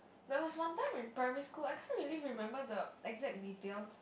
there was one time in primary school I can't really remember the exact details